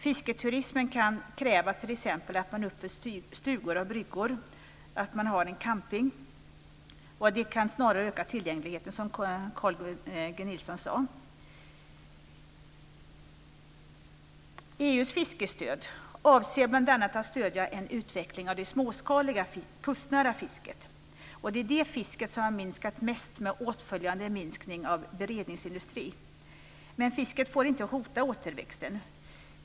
Fisketurismen kan kräva t.ex. att man uppför stugor och bryggor och har en camping. Tillgängligheten kan snarare, som Carl G Nilsson sade, ökas. EU:s fiskestöd avser bl.a. att stödja en utveckling av det småskaliga kustnära fisket. Det är det fisket som har minskat mest, med en åtföljande minskad beredningsindustri. Men fisket får inte hota återväxten.